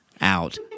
out